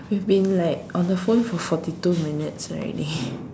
we've been like on the phone for forty two minutes already